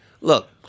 Look